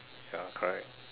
ya correct